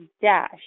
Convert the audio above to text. Dash